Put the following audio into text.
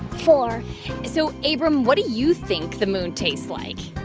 four so, abram, what do you think the moon tastes like?